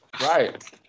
Right